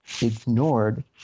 ignored